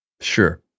Sure